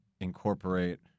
incorporate